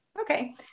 Okay